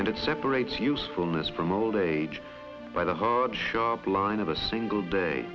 and it separates usefulness from old age by the hard sharp line of a single day